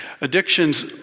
Addictions